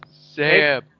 Sam